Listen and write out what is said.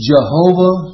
Jehovah